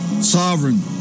sovereign